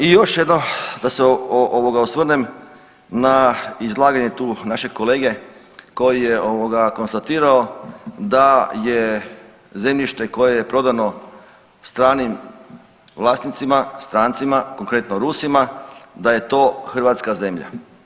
I još jednom da se ovoga osvrnem na izlaganje tu našeg kolege koji je ovoga konstatirao da je zemljište koje je prodano stranim vlasnicima, strancima, konkretno Rusima, da je to hrvatska zemlja.